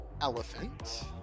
elephant